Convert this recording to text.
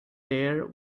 there